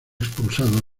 expulsado